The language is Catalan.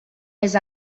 més